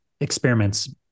experiments